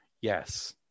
Yes